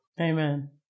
Amen